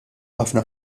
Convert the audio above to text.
ħafna